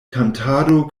kantado